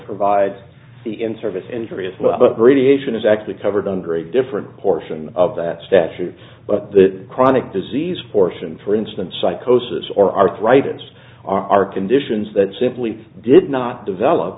provides the in service injuriously radiation is actually covered under a different portion of that statutes but the chronic disease force and for instance psychosis or arthritis are conditions that simply did not develop